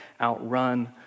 outrun